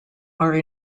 are